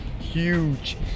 huge